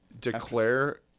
declare